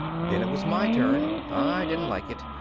then it was my turn. i didn't like it.